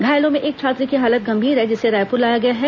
घायलों में एक छात्र की हालत गंभीर बनी हुई है जिसे रायपुर लाया गया है